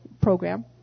program